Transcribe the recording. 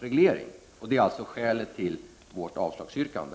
Detta är alltså skälet till vårt avslagsyrkande.